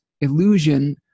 illusion